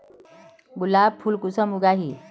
गुलाब फुल कुंसम उगाही?